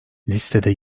listede